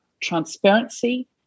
transparency